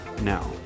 now